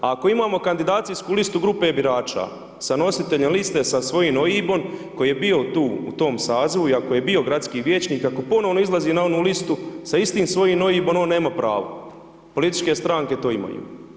Ako imamo kandidacijsku listu grupe birača sa nositeljem liste, sa svojim OIB-om koji je bio tu u tom sazivu i ako je bio gradski vijećnik, ako ponovno izlazi na onu listu sa istim svojim OIB-om, on nema pravo, političke stranke to imaju.